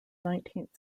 nineteenth